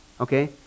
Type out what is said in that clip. Okay